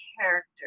character